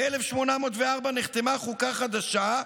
ב-1804 נחתמה חוקה חדשה,